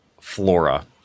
flora